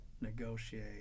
negotiate